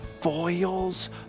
foils